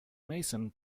meissen